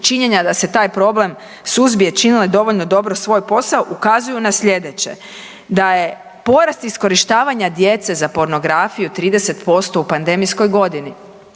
činjenja da se taj problem suzbije, činili dovoljno dobro svoj posao, ukazuju na sljedeće, da je porast iskorištavanja djece za pornografiju 30% u pandemijskoj godini.